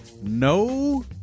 No